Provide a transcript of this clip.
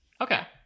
okay